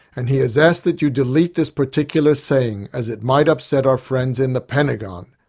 and he has asked that you delete this particular saying, as it might upset our friends in the pentagon.